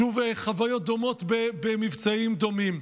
שוב, חוויות דומות במבצעים דומים.